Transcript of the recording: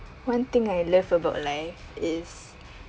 one thing I love about life is